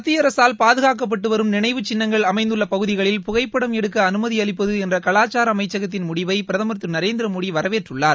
மத்திய அரசால் பாதுகாக்கப்பட்டு வரும் நினைவு சின்னங்கள் அமைந்துள்ள பகுதிகளில் புகைப்படம் எடுக்க அனுமதி அளிப்பது என்பது என்ற கலாச்சார அமைச்சகத்தின் முடிவை பிரதமர் திரு நரேந்திர மோடி வரவேற்றுள்ளார்